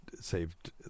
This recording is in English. saved